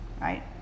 right